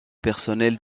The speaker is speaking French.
personnelle